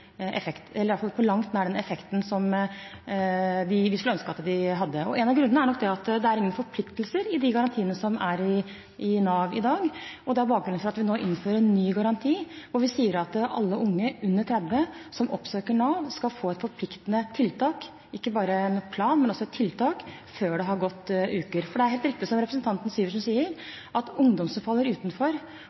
effekt, eller på langt nær har den effekten som vi skulle ønske at de hadde. En av grunnene er nok at det er ingen forpliktelser i de garantiene som er i Nav i dag. Det er bakgrunnen for at vi nå innfører en ny garanti, og vi sier at alle unge under 30 år som oppsøker Nav, skal få et forpliktende tiltak – ikke bare en plan, men også et tiltak – før det har gått uker. For det er helt riktig som representanten Syversen sier, at ungdom som faller utenfor,